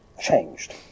changed